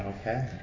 okay